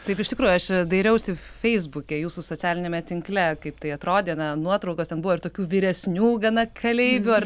taip iš tikrųjų aš dairiausi feisbuke jūsų socialiniame tinkle kaip tai atrodė na nuotraukas ten buvo ir tokių vyresnių gana keleivių ar